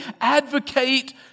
advocate